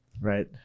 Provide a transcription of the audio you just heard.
Right